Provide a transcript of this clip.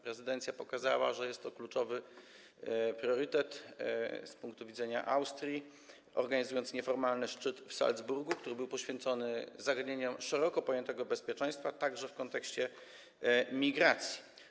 Prezydencja pokazała, że jest to kluczowy priorytet z punktu widzenia Austrii, organizując nieformalny szczyt w Salzburgu poświęcony zagadnieniom szeroko pojętego bezpieczeństwa, także w kontekście migracji.